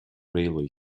railway